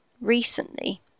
recently